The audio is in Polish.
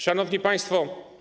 Szanowni Państwo!